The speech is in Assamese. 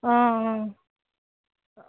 অঁ অঁ